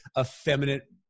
effeminate